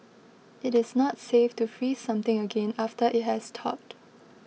it is not safe to freeze something again after it has thawed